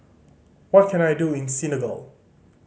what can I do in Senegal